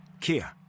Kia